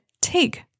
take